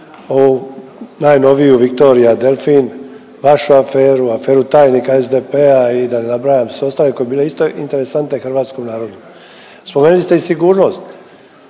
ovu najnoviju „Victoria Delfin“, vašu aferu, aferu tajnika SDP-a i da ne nabrajam sve ostale koje bi bile isto interesantne hrvatskom narodu. Spomenuli ste i sigurnost,